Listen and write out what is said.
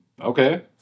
Okay